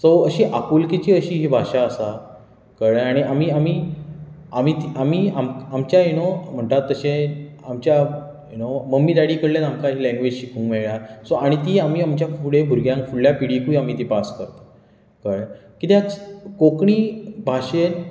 so अशी आपुलकिची अशी ही भाशा आसा कळ्ळें आनी आमी आमी आमी ती आमी आम आमच्या यु नो म्हण्टात तशें आमच्या यु नो मम्मी डॅडी कडल्यान आमकां ही लॅंग्वेज शिकूंक मेळ्ळ्या सो आनी ती आमीं आमच्या फुडे भुरग्यांक फुडल्या पिडीकूय आमीं ती पास करता कळ्ळें कित्याक कोंकणी भाशेन